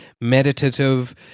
meditative